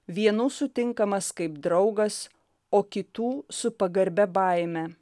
vienų sutinkamas kaip draugas o kitų su pagarbia baime